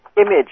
image